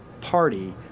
party